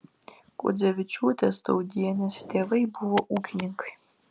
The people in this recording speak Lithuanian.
kuodzevičiūtės daudienės tėvai buvo ūkininkai